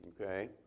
Okay